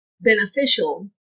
beneficial